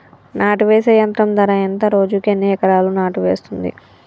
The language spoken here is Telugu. నాటు వేసే యంత్రం ధర ఎంత రోజుకి ఎన్ని ఎకరాలు నాటు వేస్తుంది?